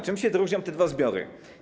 Czym się różnią te dwa zbiory?